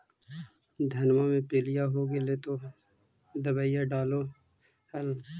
धनमा मे पीलिया हो गेल तो दबैया डालो हल?